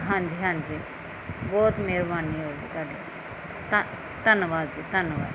ਹਾਂਜੀ ਹਾਂਜੀ ਬਹੁਤ ਮਿਹਰਬਾਨੀ ਹੋਵੇਗੀ ਤੁਹਾਡੀ ਧੰ ਧੰਨਵਾਦ ਜੀ ਧੰਨਵਾਦ